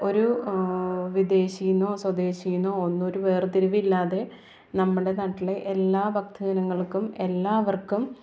ഒരു വിദേശീന്നോ സ്വദേശീന്നോ ഒന്നൊരു വേർത്തിരിവില്ലാതെ നമ്മുടെ നാട്ടിലെ എല്ലാ ഭക്തജനങ്ങൾക്കും എല്ലാവർക്കും